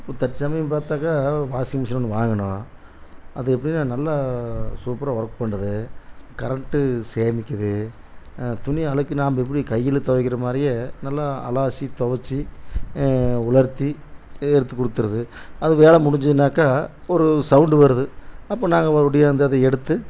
இப்போ தற்சமயம் பார்த்தாக்கா வாஷிங் மிஷின்னு ஒன்று வாங்குனோம் அது எப்படின்னா நல்லா சூப்பராக ஒர்க் பண்ணுது கரண்ட்டு சேமிக்குது துணி அழுக்கு நாம்ப எப்படி கையில் துவைக்கிற மாதிரியே நல்லா அலாசி துவச்சி உலர்த்தி எடுத்துக் கொடுத்துருது அது வேலை முடிஞ்சதுனாக்கா ஒரு சவுண்டு வருது அப்போ நாங்கள் மறுபடியும் அந்த இதை எடுத்து